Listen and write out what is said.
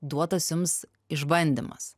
duotas jums išbandymas